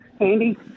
Andy